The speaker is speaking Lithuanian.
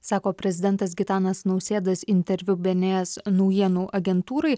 sako prezidentas gitanas nausėdas interviu bns naujienų agentūrai